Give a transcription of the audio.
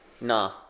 Nah